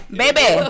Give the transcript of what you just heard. baby